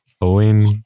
Owen